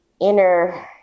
inner